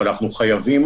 אבל אנחנו חייבים